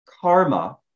karma